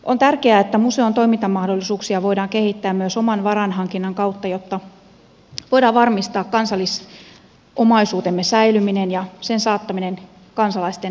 on tärkeää että museon toimintamahdollisuuksia voidaan kehittää myös oman varainhankinnan kautta jotta voidaan varmistaa kansallisomaisuutemme säilyminen ja sen saattaminen kansalaisten nähtäville